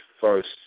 first